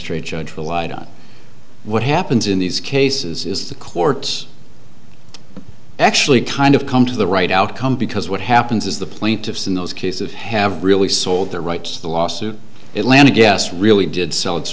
strate judge relied on what happens in these cases is the courts actually kind of come to the right outcome because what happens is the plaintiffs in those cases have really sold their rights the lawsuit it landed yes really did sell it's